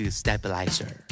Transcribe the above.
stabilizer